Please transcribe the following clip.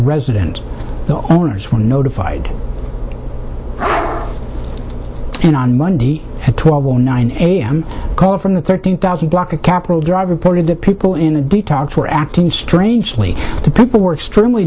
resident the owners were notified and on monday at twelve o nine a m call from the thirteen thousand block of capital drive reported that people in a detox were acting strangely the people were extremely